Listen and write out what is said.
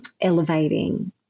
elevating